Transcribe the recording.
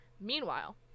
Meanwhile